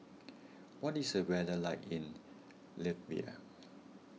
what is the weather like in Latvia